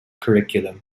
curriculum